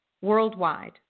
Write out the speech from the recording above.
worldwide